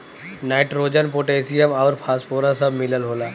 nitrogen potassium आउर phosphorus सब मिलल होला